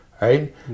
right